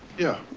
yeah.